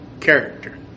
character